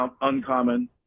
uncommon